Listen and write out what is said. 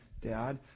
Dad